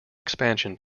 expansion